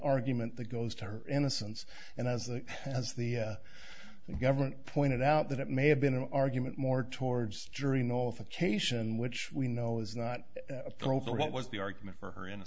argument that goes to her innocence and as the as the government pointed out that it may have been an argument more towards during all the chase in which we know is not appropriate was the argument for her